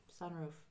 Sunroof